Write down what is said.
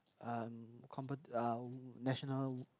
um compe~ um national